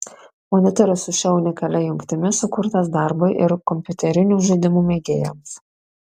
monitorius su šia unikalia jungtimi sukurtas darbui ir kompiuterinių žaidimų mėgėjams